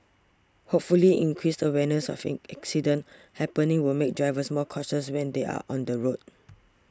hopefully increased awareness of accidents happening would make drivers more cautious when they are on the roads